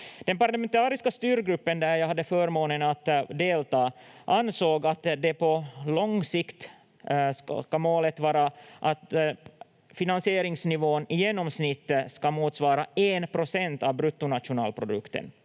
parlamentariska styrgruppen, där jag hade förmånen att delta, ansåg att målet på lång sikt ska vara att finansieringsnivån i genomsnitt ska motsvara en procent av bruttonationalprodukten.